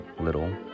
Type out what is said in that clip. little